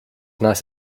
nice